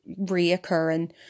reoccurring